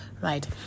right